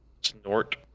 snort